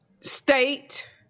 state